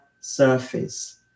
surface